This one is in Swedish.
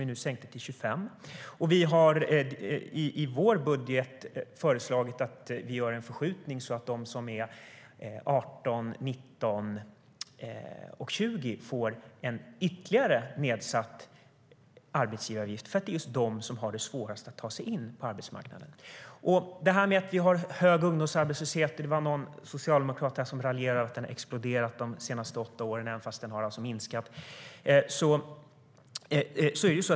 Vi sänkte det nu till 25. Vi har också i vår budget föreslagit att vi gör en förskjutning så att de som är 18, 19 och 20 får en ytterligare nedsatt arbetsgivaravgift. Det är nämligen de som har det svårast att ta sig in på arbetsmarknaden. Det var någon socialdemokrat här som raljerade över att ungdomsarbetslösheten har exploderat under de senaste åtta åren, trots att den har minskat.